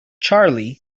charlie